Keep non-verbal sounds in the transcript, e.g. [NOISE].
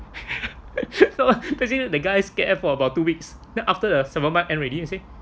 [LAUGHS] the guys scared for about two weeks then after the seven month and ready to say